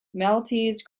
maltese